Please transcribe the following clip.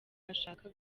ashaka